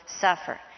suffer